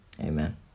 amen